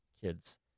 kids